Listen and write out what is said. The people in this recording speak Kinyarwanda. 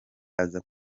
aza